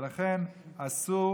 ולכן, אסור